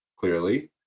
clearly